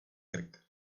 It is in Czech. krk